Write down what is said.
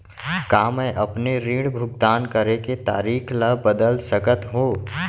का मैं अपने ऋण भुगतान करे के तारीक ल बदल सकत हो?